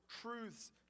truths